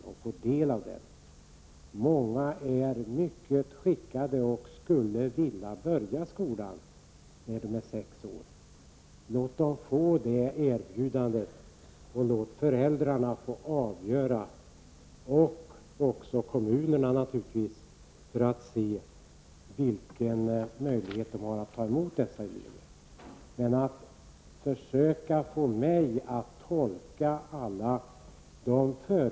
Många av de barnen skulle vilja börja skolan när de är sex år och är också skickade att göra det. Låt dem få det erbjudandet och låt föräldrarna få avgöra det. Naturligtvis skall även kommunerna själva få avgöra om de kan ta emot dessa barn i skolan.